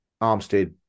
Armstead